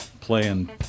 playing